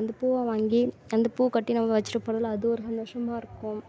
அந்த பூவை வாங்கி அந்த பூ கட்டி நம்ம வச்சுட்டு போகிறதுல அது ஒரு சந்தோஷமா இருக்கும்